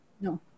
No